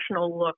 look